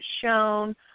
shown